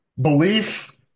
belief